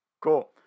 Cool